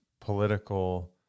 political